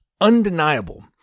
undeniable